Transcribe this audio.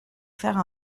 faire